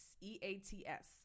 E-A-T-S